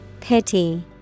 Pity